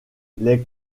les